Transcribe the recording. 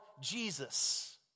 Jesus